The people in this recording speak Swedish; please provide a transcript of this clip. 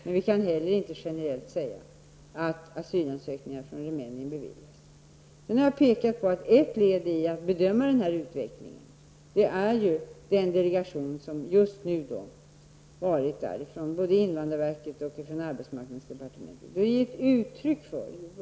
Men vi kan heller inte generellt säga att asylansökningar från Sedan har jag pekat på att ett led när det gäller att bedöma den här utvecklingen är den delegation från invandrarverket och arbetsmarknadsdepartementet som just nu har varit i Rumänien.